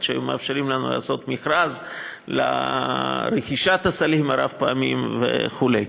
עד שהיו מאפשרים לנו לעשות מכרז לרכישת הסלים הרב-פעמיים וכו'.